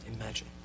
imagine